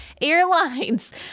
airlines